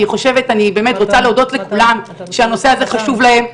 אני באמת רוצה להודות לכולם שהנושא הזה חשוב להם,